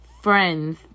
friends